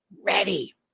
ready